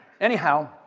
Anyhow